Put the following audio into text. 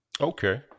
okay